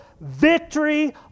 victory